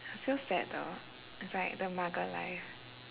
I'm still sad though it's like the mugger life